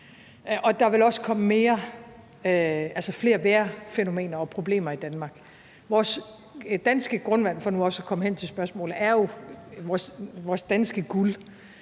der vil også komme flere vejrfænomener og problemer i Danmark. Vores danske grundvand, for nu også at komme hen til spørgsmålet, er jo vores danske guld,